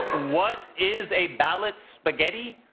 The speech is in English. what is a ballot spaghetti?